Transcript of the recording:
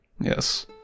Yes